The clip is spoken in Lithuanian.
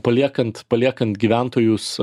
paliekant paliekant gyventojus